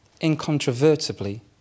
incontrovertibly